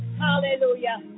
Hallelujah